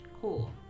Cool